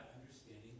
understanding